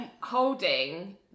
holding